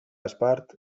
espart